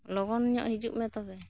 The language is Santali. ᱞᱚᱜᱚᱱ ᱧᱚᱜ ᱦᱤᱡᱩᱜ ᱢᱮ ᱛᱚᱵᱮ